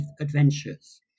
adventures